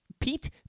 Pete